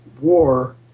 War